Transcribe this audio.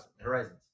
horizons